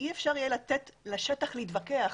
אי אפשר יהיה לתת לשטח להתווכח.